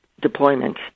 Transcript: deployment